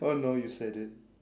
oh no you said it